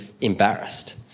embarrassed